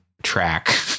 track